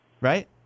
right